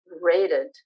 rated